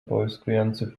połyskujący